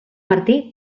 martí